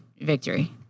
victory